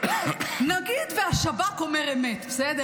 נגיד והשב"כ אומר אמת, בסדר?